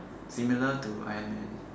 similar to iron man